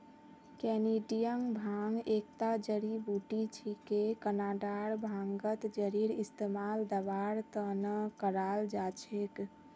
Canadian भांग एकता जड़ी बूटी छिके कनाडार भांगत जरेर इस्तमाल दवार त न कराल जा छेक